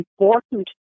important